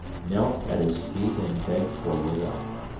knelt at his feet and begged for your life.